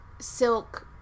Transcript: Silk